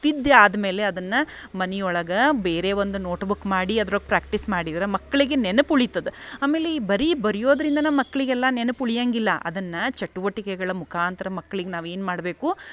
ತಿದ್ದಿ ಆದ್ಮೇಲೆ ಅದನ್ನು ಮನೆ ಒಳಗೆ ಬೇರೆ ಒಂದು ನೋಟ್ಬುಕ್ ಮಾಡಿ ಅದ್ರಾಗ ಪ್ರಾಕ್ಟೀಸ್ ಮಾಡಿದ್ರೆ ಮಕ್ಕಳಿಗೆ ನೆನಪು ಉಳಿತದ ಆಮೇಲೆ ಈ ಬರೀ ಬರಿಯೋದರಿಂದ ನಮ್ಮ ಮಕ್ಕಳಿಗೆ ನೆನ್ಪು ಉಳಿಯಂಗಿಲ್ಲ ಅದನ್ನು ಚಟುವಟಿಕೆಗಳ ಮುಖಾಂತರ ಮಕ್ಳಿಗೆ ನಾವು ಏನು ಮಾಡಬೇಕು